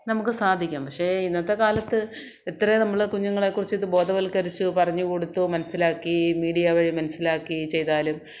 നമുക്ക് സാധിക്കും പക്ഷെ ഇന്നത്തെ കാലത്ത് എത്രയാണ് നമ്മൾ കുഞ്ഞുങ്ങളെക്കുറിച്ച് ഇത് ബോധവൽക്കരിച്ചു പറഞ്ഞു കൊടുത്തു മനസിലാക്കി മീഡിയ വഴി മനസിലാക്കി ചെയ്താലും